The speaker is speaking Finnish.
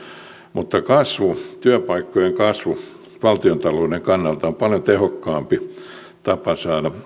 mutta kasvu työpaikkojen kasvu valtiontalouden kannalta on paljon tehokkaampi tapa saada